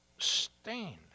Stain